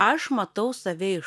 aš matau save iš